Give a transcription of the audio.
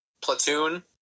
Platoon